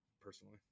personally